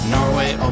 Norway